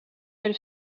elle